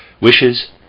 Wishes